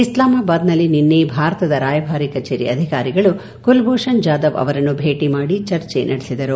ಇಸ್ಲಾಮಾಬಾದ್ನಲ್ಲಿ ನಿನ್ನೆ ಭಾರತದ ರಾಯಭಾರಿ ಕಚೇರಿ ಅಧಿಕಾರಿಗಳು ಕುಲಭೂಷಣ್ ಜಾಧವ್ ಅವರನ್ನು ಭೇಟಿ ಮಾಡಿ ಚರ್ಚೆ ನಡೆಸಿದರು